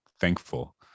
thankful